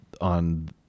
on